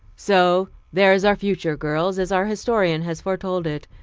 so there is our future, girls, as our historian has foretold it.